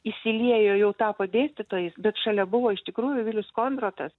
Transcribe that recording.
įsiliejo jau tapo dėstytojais bet šalia buvo iš tikrųjų vilius kondratas